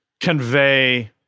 convey